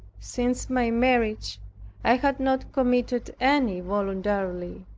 since my marriage i had not committed any voluntarily.